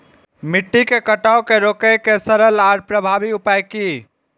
मिट्टी के कटाव के रोके के सरल आर प्रभावी उपाय की?